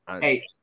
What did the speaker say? Hey